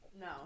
No